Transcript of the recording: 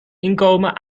inkomen